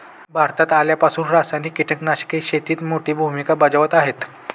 भारतात आल्यापासून रासायनिक कीटकनाशके शेतीत मोठी भूमिका बजावत आहेत